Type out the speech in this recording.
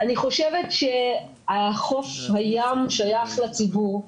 אני חושבת שחוף הים שייך לציבור.